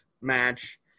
match